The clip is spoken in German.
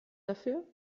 dafür